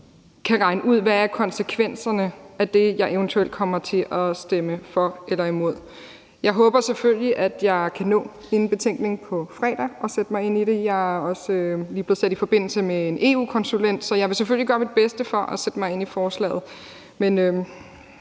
kan regne ud, hvad konsekvenserne er af det, jeg eventuelt kommer til at stemme for eller imod. Jeg håber selvfølgelig, at jeg kan nå inden betænkningsafgivelsen på fredag at sætte mig ind i det. Jeg er også lige blevet sat i forbindelse med en EU-konsulent. Så jeg vil selvfølgelig gøre mit bedste for at sætte mig ind i forslaget,